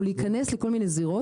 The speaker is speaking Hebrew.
או להיכנס לכל מיני זירות,